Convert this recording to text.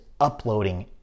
uploading